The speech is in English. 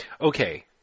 Okay